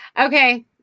Okay